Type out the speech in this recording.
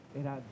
era